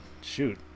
shoot